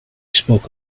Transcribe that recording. spoke